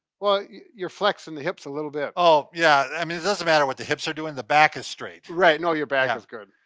well you're flexing the hips a little bit. oh yeah i mean it doesn't matter what the hips are doing, the back is straight. right no your back ah is good.